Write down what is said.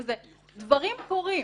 דברים קורים,